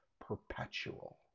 perpetual